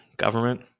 government